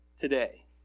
today